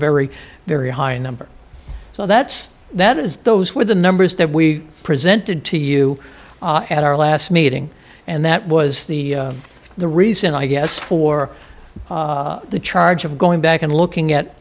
very very high number so that's that is those were the numbers that we presented to you at our last meeting and that was the the reason i guess for the charge of going back and looking at